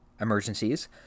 emergencies